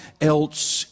else